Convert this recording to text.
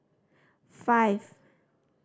five